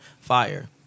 Fire